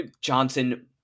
Johnson